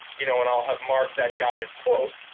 you know and i'll have marked that guy's quote.